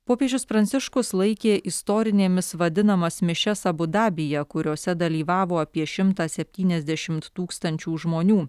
popiežius pranciškus laikė istorinėmis vadinamas mišias abu dabyje kuriose dalyvavo apie šimtą septyniasdešimt tūkstančių žmonių